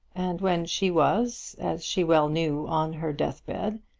and when she was, as she well knew, on her deathbed,